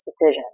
decision